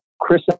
Chris